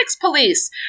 police